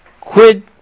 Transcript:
quid